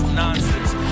nonsense